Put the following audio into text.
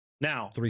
Now